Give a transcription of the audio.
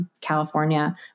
California